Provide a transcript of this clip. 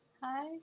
hi